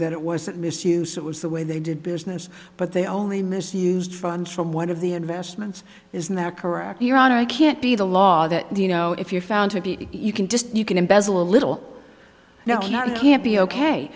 that it wasn't misuse it was the way they did business but they only misused funds from one of the investments isn't that correct your honor i can't be the law that the you know if you're found to be you can just you can embezzle a little no not can't be ok